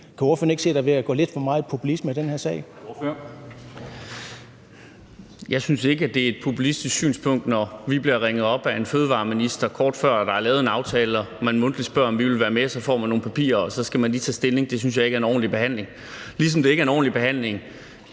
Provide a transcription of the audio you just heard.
Ordføreren. Kl. 12:25 Karsten Lauritzen (V): Jeg synes ikke, at det er et populistisk synspunkt, når vi bliver ringet op af en fødevareminister, kort før der er lavet en aftale, og når man mundtligt spørger, om vi vil være med. Så får man nogle papirer, og så skal man lige tage stilling. Det synes jeg ikke er en ordentlig behandling, ligesom det ikke er en ordentlig behandling